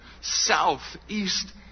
southeast